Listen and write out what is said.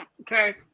Okay